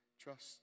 trust